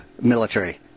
military